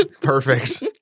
Perfect